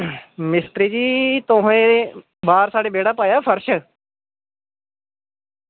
मिस्तरी जी तुसें बाहर साढ़े बेह्ड़े पाया फर्श